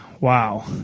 wow